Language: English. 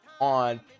on